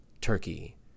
Turkey